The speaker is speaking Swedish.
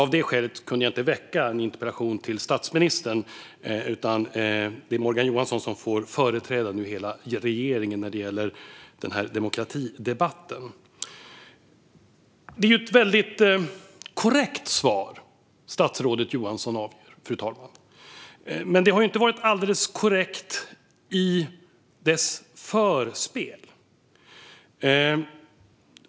Av det skälet kunde jag alltså inte ställa min interpellation till statsministern, utan det är Morgan Johansson som får företräda regeringen i den här demokratidebatten. Det är ett väldigt korrekt svar statsrådet Johansson avger, fru talman. Allt har dock inte varit alldeles korrekt i dess förspel.